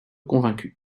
convaincu